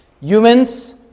Humans